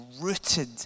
rooted